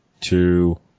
two